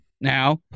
Now